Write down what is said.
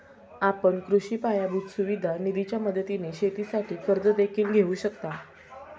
आपण कृषी पायाभूत सुविधा निधीच्या मदतीने शेतीसाठी कर्ज देखील घेऊ शकता